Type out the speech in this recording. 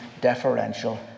deferential